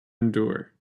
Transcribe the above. endure